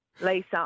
Lisa